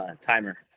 timer